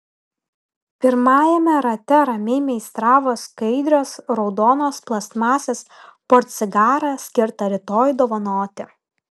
pirmajame rate ramiai meistravo skaidrios raudonos plastmasės portsigarą skirtą rytoj dovanoti